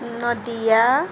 Nadia